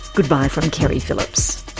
goodbye from keri phillips